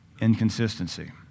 inconsistency